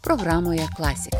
programoje klasika